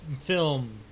film